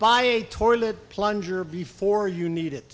a toilet plunger before you need it